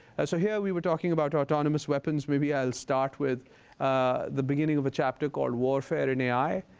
ah so here we were talking about autonomous weapons. maybe i'll start with the beginning of a chapter called warfare and ai,